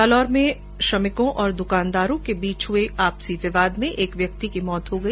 जालोर में श्रमिकों और दुकानदार के बीच हुए आपसी विवाद में एक व्यक्ति की मौत हो गई